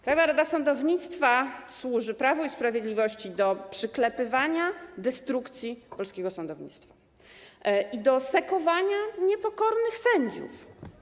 Krajowa Rada Sądownictwa służy Prawu i Sprawiedliwości do przyklepywania destrukcji polskiego sądownictwa i do sekowania niepokornych sędziów.